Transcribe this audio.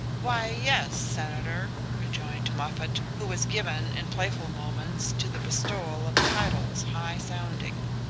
why, yes. senator, rejoined moffatt, who was given, in playful moments, to the bestowal of titles high-sounding.